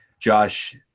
Josh